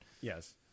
Yes